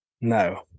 No